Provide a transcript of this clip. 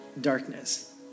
darkness